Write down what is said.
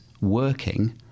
working